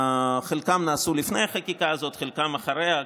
חלקם נעשו לפני החקיקה הזאת וחלקם אחריה,